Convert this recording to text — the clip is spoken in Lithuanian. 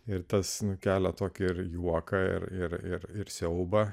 ir tas nu kelia tokį juoką ir ir ir ir siaubą